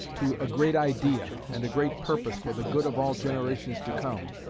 to a great idea and a great purpose for the good of all generations to come,